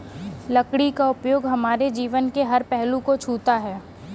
लकड़ी का उपयोग हमारे जीवन के हर पहलू को छूता है